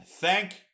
Thank